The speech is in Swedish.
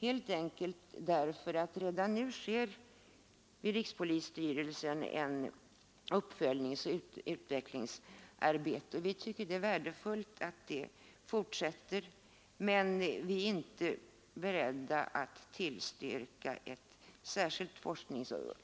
Redan nu sker nämligen vid rikspolisstyrelsen ett uppföljningsoch utvecklingsarbete. Vi tycker det är värdefullt att detta fortsätter, men vi är inte beredda att tillstyrka en särskild forskningsoch